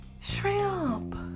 shrimp